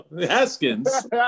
Haskins